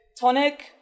tonic